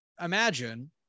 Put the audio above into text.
imagine